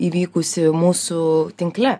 įvykusį mūsų tinkle